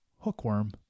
Hookworm